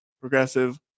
progressive